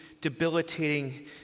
debilitating